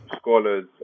scholars